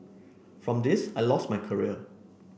from this I lost my career